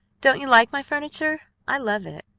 don't you like my furniture? i love it.